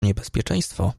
niebezpieczeństwo